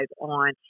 on